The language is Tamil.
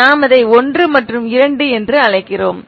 நாம் இதை 1 மற்றும் 2 என அழைக்கிறோம்